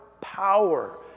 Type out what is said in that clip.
power